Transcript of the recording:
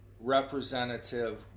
representative